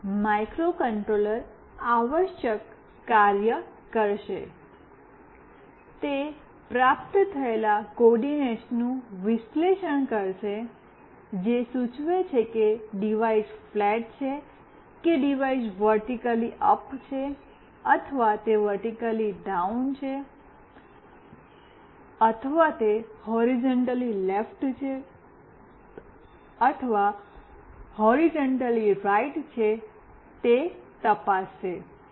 પછી માઇક્રોકન્ટ્રોલર આવશ્યક કાર્ય કરશે તે પ્રાપ્ત થયેલ કોઓર્ડિનેટ્સનું વિશ્લેષણ કરશે જે સૂચવે છે કે ડિવાઇસ ફ્લેટ છે કે ડિવાઇસ વર્ટિક્લી અપ છે અથવા તે વર્ટિક્લી ડાઉન છે અથવા તે હૉરિઝૉન્ટલી લેફ્ટ છે અથવા તે હૉરિઝૉન્ટલી રાઈટ છે તે તપાસશે